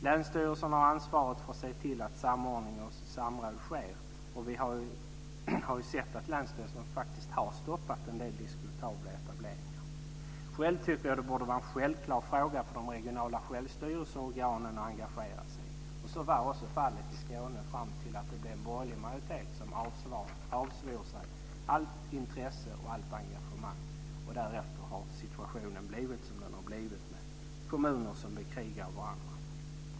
Länsstyrelsen har ansvaret för att se till att samordning och samråd ser. Vi har sett att länsstyrelser har stoppat en del diskutabla etableringar. Själv tycker jag att det borde vara en självklar fråga för de regionala självstyrelseorganen att engagera sig i. Så var också fallet i Skåne fram till dess det blev en borgerlig majoritet, som har avsvurit sig allt intresse och allt engagemang. Därefter har situationen blivit som den har blivit med kommuner som bekrigar varandra.